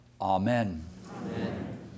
Amen